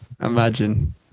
Imagine